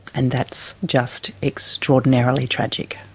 and that's just extraordinarily tragic.